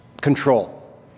control